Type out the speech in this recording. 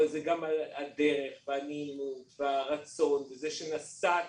אבל גם על הדרך והנעימות והרצון הטוב וזה שהגעת אלינו.